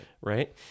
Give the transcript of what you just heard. Right